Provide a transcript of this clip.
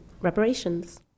reparations